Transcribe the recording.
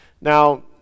Now